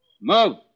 Move